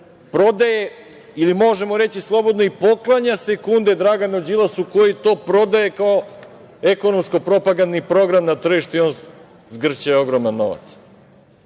prodaje, ili možemo reći slobodno - i poklanja sekunde Draganu Đilasu, koji to prodaje kao ekonomsko-propagandni program na tržištu i zgrće ogroman novac.